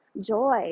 joy